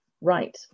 Right